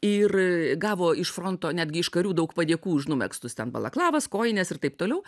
ir gavo iš fronto netgi iš karių daug padėkų už numegztus ten balaklavas kojines ir taip toliau